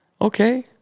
okay